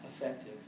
effective